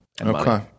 Okay